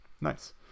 Nice